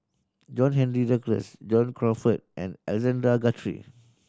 John Henry Duclos John Crawfurd and Alexander Guthrie